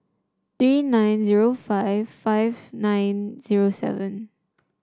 three nine zero five five nine zero seven